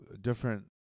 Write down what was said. Different